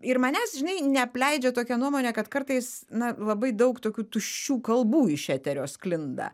ir manęs žinai neapleidžia tokia nuomonė kad kartais na labai daug tokių tuščių kalbų iš eterio sklinda